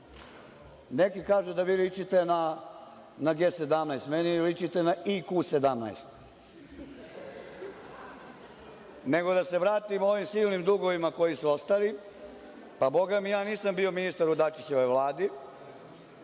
kažu da vi ličite na G17, meni ličite na IQ-17. Nego, da se vratimo ovim silnim dugovima koji su ostali, pa, bogami ja nisam bio ministar u Dačićevoj Vladi.